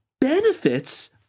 benefits